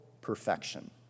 perfection